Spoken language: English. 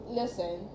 listen